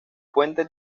puente